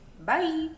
bye